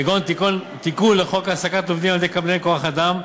כגון תיקון לחוק העסקת עובדים על-ידי קבלני כוח-אדם,